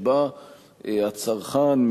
שבה הצרכן,